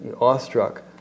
awestruck